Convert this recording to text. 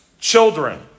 children